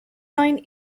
line